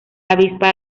avispa